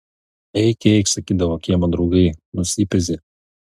eik eik sakydavo kiemo draugai nusipezi